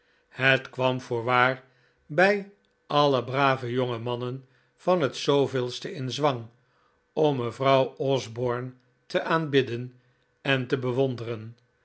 het kwam voorwaar bij alle brave jonge mannen van het de in zwang om mevrouw osborne te aanbidden en te bewonderen